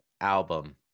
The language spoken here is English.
album